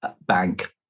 bank